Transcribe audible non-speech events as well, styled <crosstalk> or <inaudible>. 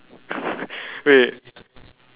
<laughs> wait